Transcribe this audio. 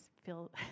feel